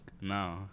No